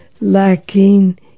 lacking